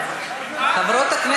אותך?